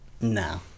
No